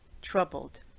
troubled